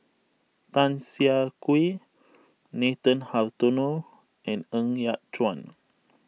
Tan Siah Kwee Nathan Hartono and Ng Yat Chuan